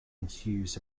ensues